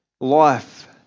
life